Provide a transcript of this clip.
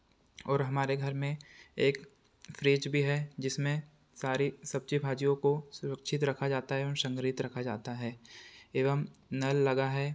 और हमारे घर में एक फ्रिज भी है जिसमें सारी सब्ज़ी भाजियों को सुरक्षित रखा जाता है एवं संग्रहित रखा जाता है एवं नल लगा है